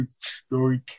story